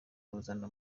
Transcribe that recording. ruzana